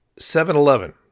7-Eleven